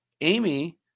Amy